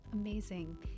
Amazing